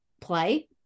play